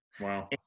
Wow